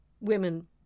women